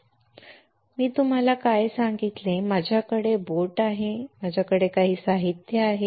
screen आता मी तुम्हाला काय सांगितले माझ्याकडे बोट आहे माझ्याकडे काही साहित्य आहे